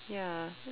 ya